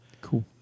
Cool